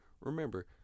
remember